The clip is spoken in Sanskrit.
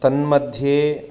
तन्मध्ये